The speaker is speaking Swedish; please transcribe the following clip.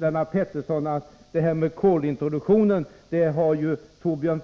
Lennart Pettersson säger att Thorbjörn Fälldin har rekommenderat denna kolintroduktion.